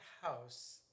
house